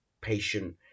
patient